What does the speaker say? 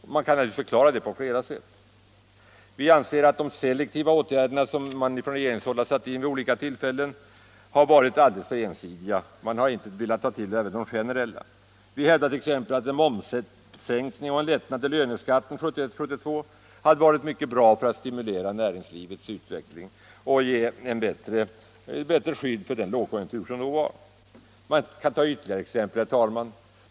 Man kan naturligtvis förklara det på flera sätt. Vi anser att de selektiva åtgärder som man från regeringshåll har satt in vid olika tillfällen har varit alldeles för ensidiga. Man har inte velat ta till generella åtgärder. Vi hävdar t.ex. att en momssänkning och en lättnad i löneskatten under 1971 och 1972 hade varit mycket bra för att stimulera näringslivets utveckling och ge ett bättre skydd mot den lågkonjunktur som då rådde. Man kan ta ytterligare exempel, herr talman.